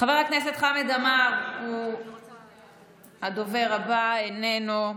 חבר הכנסת חמד עמאר הוא הדובר הבא, איננו,